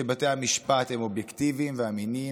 שבתי המשפט הם אובייקטיביים ואמינים,